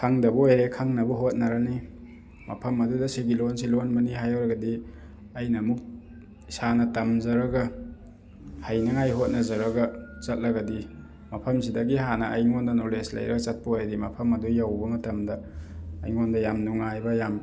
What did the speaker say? ꯈꯪꯗꯕ ꯑꯣꯏꯔꯦ ꯈꯪꯅꯕ ꯍꯣꯠꯅꯔꯅꯤ ꯃꯐꯝ ꯑꯗꯨꯗ ꯁꯤꯒꯤ ꯂꯣꯟꯁꯦ ꯂꯣꯟꯕꯅꯤ ꯍꯥꯏꯔꯒꯗꯤ ꯑꯩꯅ ꯑꯃꯨꯛ ꯏꯁꯥꯅ ꯇꯝꯖꯔꯒ ꯍꯩꯅꯉꯥꯏ ꯍꯣꯠꯅꯖꯔꯒ ꯆꯠꯂꯒꯗꯤ ꯃꯐꯝꯁꯤꯗꯒꯤ ꯍꯥꯟꯅ ꯑꯩꯉꯣꯟꯗ ꯅꯣꯂꯦꯖ ꯂꯩꯔꯒ ꯆꯠꯄ ꯑꯣꯏꯔꯗꯤ ꯃꯐꯝ ꯑꯗꯨ ꯌꯧꯕ ꯃꯇꯝꯗ ꯑꯩꯉꯣꯟꯗ ꯌꯥꯝ ꯅꯨꯡꯉꯥꯏꯕ ꯌꯥꯝ